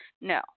No